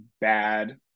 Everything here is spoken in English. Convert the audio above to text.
bad